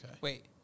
Wait